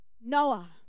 Noah